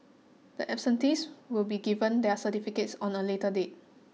the absentees will be given their certificates on a later date